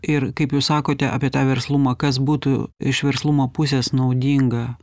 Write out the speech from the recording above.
ir kaip jūs sakote apie tą verslumą kas būtų iš verslumo pusės naudinga